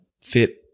fit